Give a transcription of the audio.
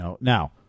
Now